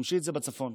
שמשית זה בצפון.